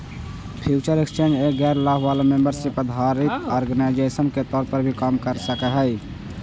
future exchange एक गैर लाभ वाला मेंबरशिप आधारित ऑर्गेनाइजेशन के तौर पर भी काम कर सकऽ हइ